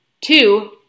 Two